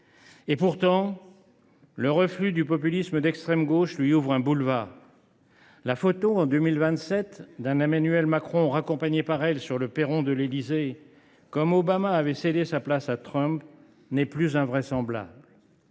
Pourtant, le reflux du populisme d’extrême gauche lui ouvre un boulevard. La photo, en 2027, d’un Emmanuel Macron raccompagné par elle sur le perron de l’Élysée comme Obama avait cédé sa place à Trump, n’est plus invraisemblable.